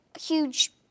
huge